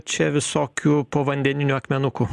čia visokių povandeninių akmenukų